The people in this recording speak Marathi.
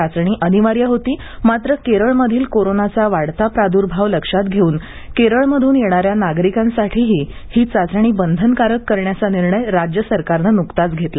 चाचणी अनिवार्य होती मात्र केरळमधील कोरोनाचा वाढता प्रादुर्भाव लक्षात घेऊन केरळमधून येणाऱ्या नागरिकांसाठीही ही चाचणी बंधनकारक करण्याचा निर्णय राज्य सरकारने न्कताच घेतला